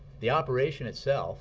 the operation itself